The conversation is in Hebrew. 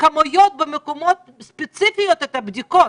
בכמויות במקומות ספציפיים.